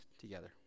together